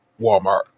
Walmart